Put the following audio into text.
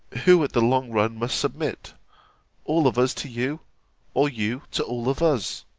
who at the long run must submit all of us to you or you to all of us